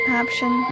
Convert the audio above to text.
option